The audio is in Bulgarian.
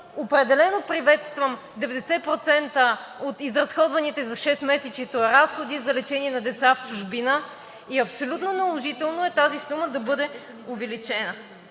определено приветствам 90% от изразходваните за шестмесечието разходи за лечение на деца в чужбина и абсолютно наложително е тази сума да бъде увеличена.